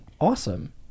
awesome